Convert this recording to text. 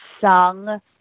sung